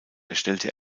erstellte